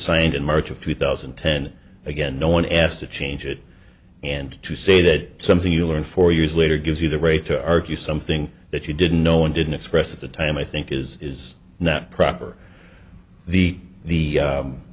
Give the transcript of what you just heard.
signed in march of two thousand and ten again no one asked to change it and to say that something you learned four years later gives you the right to argue something that you didn't know and didn't express at the time i think is is now crapper the